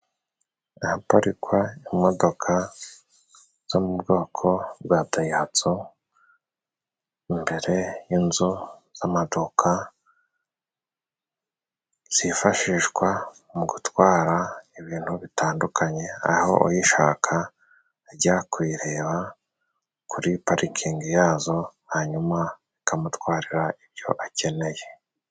Ahaparikwa imodoka zo mu bwoko bwa dayihatso. Imbere y'inzu z'amaduka zifashishwa mu gutwara ibintu bitandukanye aho uyishaka, ajya kuyireba kuri parikingi yazo hanyuma ikamutwarira ibyo akeneye.